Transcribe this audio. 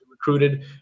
recruited